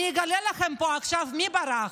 אני אגלה לכם פה עכשיו מי ברח: